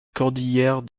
cordillère